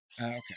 okay